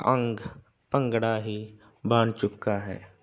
ਅੰਗ ਭੰਗੜਾ ਹੀ ਬਣ ਚੁੱਕਾ ਹੈ